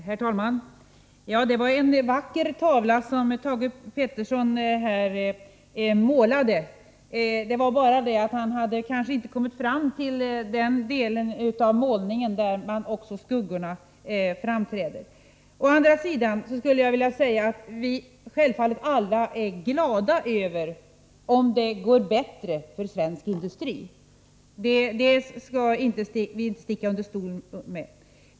Herr talman! Det var en vacker tavla som Thage Peterson här målade upp. Det var bara det att han kanske inte hade kommit fram till den del av målningen där också skuggorna framträder. Å andra sidan är vi självfallet alla glada över om det går bättre för svensk industri. Det skall vi inte sticka under stol med.